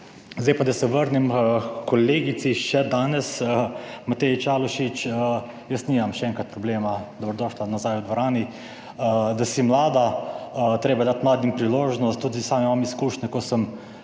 Zdaj pa, da se vrnem h kolegici, še danes Mateji Čalušić. Jaz nimam, še enkrat, problema - dobrodošla nazaj v dvorani -, da si mlada. Treba je dati mladim priložnost. Tudi sam imam izkušnje, ko sem